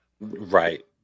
right